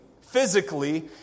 physically